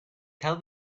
tell